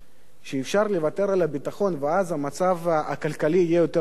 שאפשר לוותר על הביטחון ואז המצב הכלכלי יהיה יותר טוב,